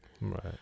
Right